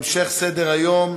המשך סדר-היום: